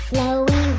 Flowy